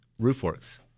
RoofWorks